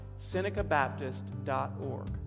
SenecaBaptist.org